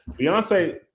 Beyonce